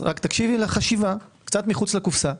תקשיבי לחשיבה, קצת מחוץ לקופסה.